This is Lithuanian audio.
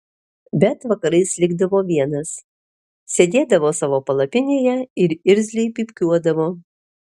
bet vakarais likdavo vienas sėdėdavo savo palapinėje ir irzliai pypkiuodavo